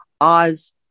Oz